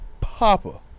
Papa